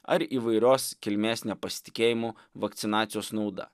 ar įvairios kilmės nepasitikėjimu vakcinacijos nauda